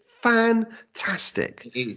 fantastic